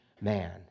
man